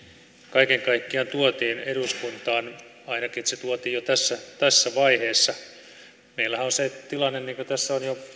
kaiken kaikkiaan tuotiin eduskuntaan ainakin se että se tuotiin jo tässä tässä vaiheessa meillähän on se tilanne niin kuin tässä ovat jo